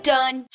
Done